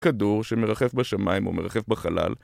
כדור שמרחף בשמיים ומרחף בחלל